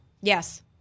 Yes